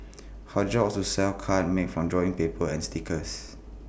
her job was to sell cards made from drawing paper and stickers